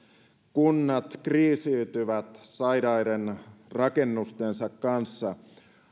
kunnat kriisiytyvät sairaiden rakennustensa kanssa